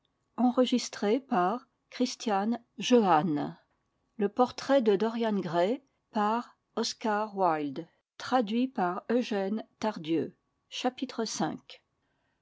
le portrait de dorian gray